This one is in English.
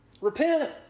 repent